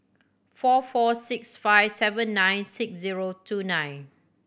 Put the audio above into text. four four six five seven nine six zero two nine